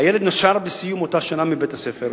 הילד נשר בסיום אותה שנה מבית-הספר,